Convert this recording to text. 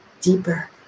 deeper